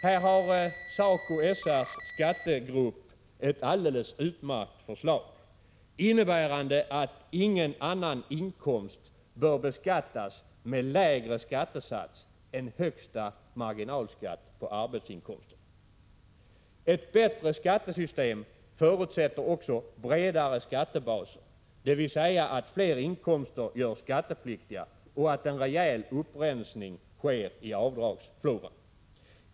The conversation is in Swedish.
Här har SACO/SR:s skattegrupp ett alldeles utmärkt förslag, innebärande att ingen annan inkomst bör beskattas med lägre skattesats än högsta marginalskatt på arbetsinkomsterna. Ett bättre skattesystem förutsätter också bredare skattebaser, dvs. att fler inkomster görs skattepliktiga och att en rejäl upprensning sker i avdragsfloran.